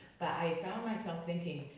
but i found myself thinking,